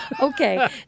Okay